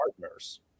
partners